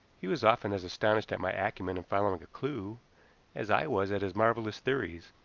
he was often as astonished at my acumen in following a clew as i was at his marvelous theories,